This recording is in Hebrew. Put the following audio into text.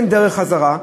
אין דרך חזרה.